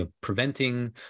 preventing